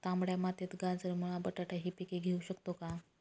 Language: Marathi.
तांबड्या मातीत गाजर, मुळा, बटाटा हि पिके घेऊ शकतो का?